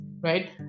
right